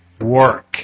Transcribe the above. work